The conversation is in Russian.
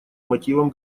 мотивам